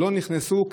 לא נכנסו אפילו,